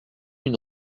une